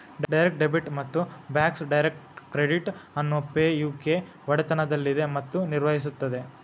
direct debit ಮತ್ತು Bacs direct credit ಅನ್ನು Pay U K ಒಡೆತನದಲ್ಲಿದೆ ಮತ್ತು ನಿರ್ವಹಿಸುತ್ತದೆ